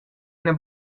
ina